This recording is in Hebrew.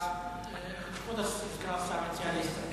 כבוד השר מציע להסתפק.